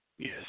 Yes